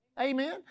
amen